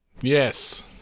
Yes